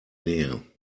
nähe